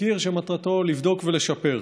תחקיר שמטרתו לבדוק ולשפר.